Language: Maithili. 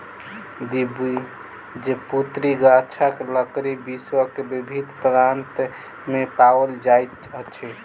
द्विबीजपत्री गाछक लकड़ी विश्व के विभिन्न प्रान्त में पाओल जाइत अछि